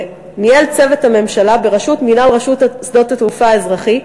ניהל צוות הממשלה בראשות מינהל רשות שדות התעופה האזרחית,